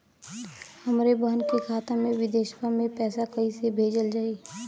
हमरे बहन के खाता मे विदेशवा मे पैसा कई से भेजल जाई?